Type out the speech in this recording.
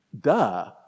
Duh